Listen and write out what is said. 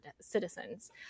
citizens